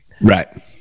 Right